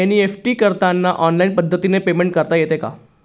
NEFT करताना online पद्धतीने payment करता येते का?